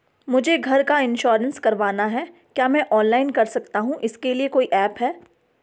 मुझे घर का इन्श्योरेंस करवाना है क्या मैं ऑनलाइन कर सकता हूँ इसके लिए कोई ऐप है?